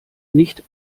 nicht